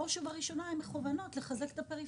התוכניות האלה מכוונות בראש ובראשונה לחזק את הפריפריה.